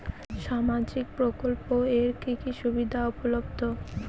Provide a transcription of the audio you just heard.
সামাজিক প্রকল্প এর কি কি সুবিধা উপলব্ধ?